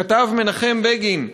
כתב מנחם בגין.